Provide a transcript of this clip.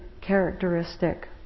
characteristic